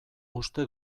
uste